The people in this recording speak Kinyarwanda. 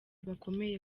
bakomeye